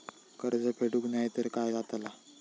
कर्ज फेडूक नाय तर काय जाताला?